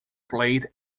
played